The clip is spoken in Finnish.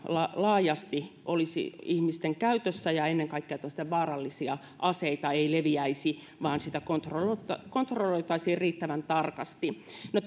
laajasti olisi ihmisten käytössä ja ennen kaikkea tällaisia vaarallisia aseita ei leviäisi vaan sitä kontrolloitaisiin kontrolloitaisiin riittävän tarkasti no